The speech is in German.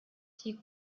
die